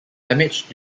damaged